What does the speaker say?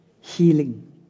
Healing